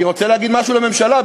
אני רוצה להגיד משהו לממשלה,